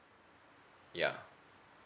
yeah